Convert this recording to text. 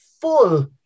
full